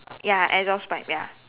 ya exhaust pipe ya